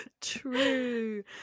true